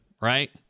right